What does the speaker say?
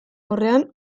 aurrean